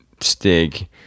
Stig